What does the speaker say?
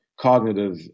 cognitive